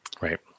Right